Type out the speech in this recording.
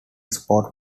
sport